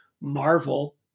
Marvel